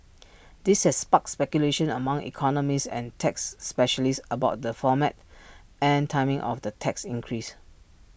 this has sparked speculation among economists and tax specialists about the format and timing of the tax increase